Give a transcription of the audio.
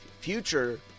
future